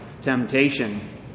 Temptation